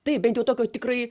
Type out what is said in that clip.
taip bent jau tokio tikrai